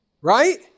Right